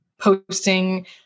posting